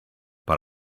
but